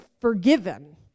forgiven